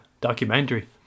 documentary